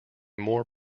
more